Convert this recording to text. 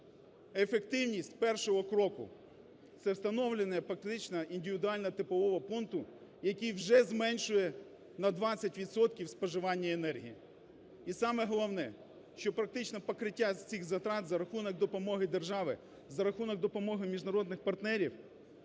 ефективність першого кроку, це встановлення, практично, індивідуального теплового пункту, який вже зменшує на 20 відсотків споживання енергії. І саме головне, що практично покриття цих затрат за рахунок допомоги держави, за рахунок допомоги міжнародних партнерів